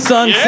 Son